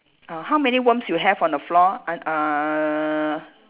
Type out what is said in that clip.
uh how many worms you have on the floor uh uh